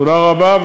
תודה רבה.